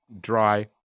Dry